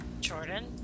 Jordan